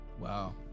Wow